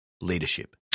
leadership